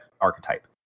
archetype